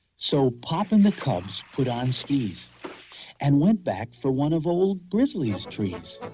so pop and the cubs put on skis and went back for one of old grizzly's trees.